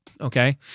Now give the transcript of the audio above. okay